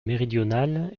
méridionales